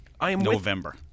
November